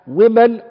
women